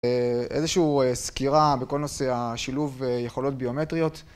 איזשהו סקירה בכל נושא השילוב יכולות ביומטריות,